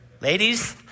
Ladies